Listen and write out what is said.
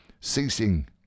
Ceasing